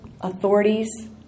authorities